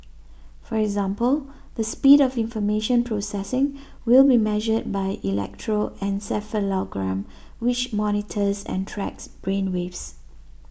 for example the speed of information processing will be measured by electroencephalogram which monitors and tracks brain waves